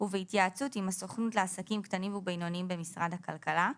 ובהתייעצות עם הסוכנות לעסקים קטנים ובינוניים במשרד הכלכלה,